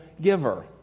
giver